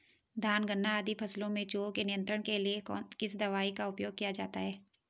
धान गन्ना आदि फसलों में चूहों के नियंत्रण के लिए किस दवाई का उपयोग किया जाता है?